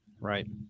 right